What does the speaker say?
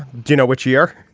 do you know what year.